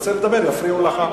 אחר כך, כשתרצה לדבר, יפריעו לך.